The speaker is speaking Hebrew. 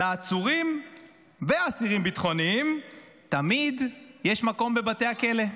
"לעצורים ואסירים ביטחוניים תמיד יש מקום בבתי הכלא".